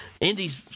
indy's